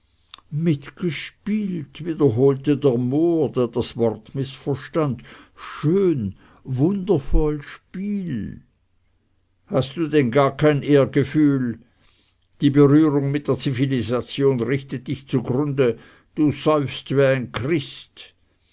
mitgespielt wiederholte der mohr der das wort mißverstand schön wundervoll spiel hast du denn gar kein ehrgefühl die berührung mit der zivilisation richtet dich zugrunde du säufst wie ein christ